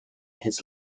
his